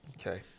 Okay